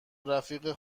رفیق